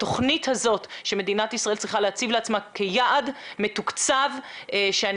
התוכנית הזאת שמדינת ישראל צריכה להציב לעצמה כיעד מתוקצב ואני